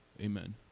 amen